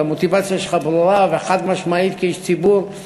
והמוטיבציה שלך ברורה וחד-משמעית כאיש ציבור.